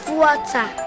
water